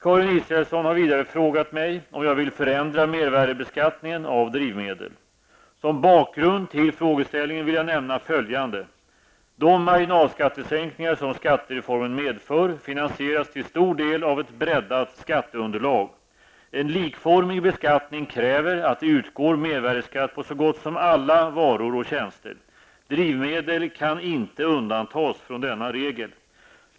Karin Israelsson har vidare frågat mig om jag vill förändra mervärdebeskattningen av drivmedel. Som bakgrund till frågeställningen vill jag nämna följande: De marginalskattesänkningar som skattereformen medför finansieras till stor del av ett breddat skatteunderlag. En likformig beskattning kräver att det utgår mervärdeskatt på så gott som alla varor och tjänster. Drivmedel kan inte undantas från denna regel.